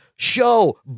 Show